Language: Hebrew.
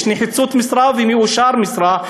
יש נחיצות משרה ומאושרת משרה,